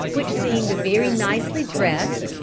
which seemed very nicely dressed,